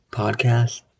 podcast